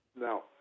No